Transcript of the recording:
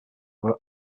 were